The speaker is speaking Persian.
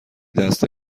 دست